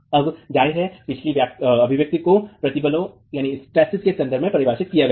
अब ज़ाहिर है पिछली अभिव्यक्ति को प्रतिबलों के संदर्भ में परिभाषित किया गया था